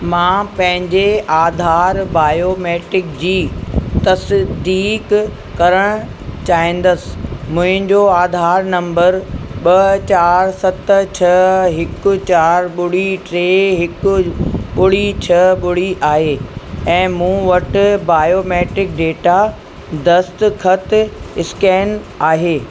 मां पंहिंजे आधार बायोमैट्रिक जी तसिदीक़ करणु चाहींदसि मुंहिंजो आधार नम्बर ॿ चारि सत छह हिकु चारि ॿुड़ी टे हिकु ॿुड़ी छह ॿुड़ी आहे ऐं मूं वटि बायोमैट्रिक डेटा दस्तख़तु स्कैन आहे